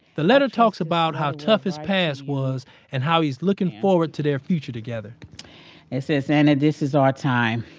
the letter talks about how tough his past was and how he's looking forward to their future together it says, anna, this is our time,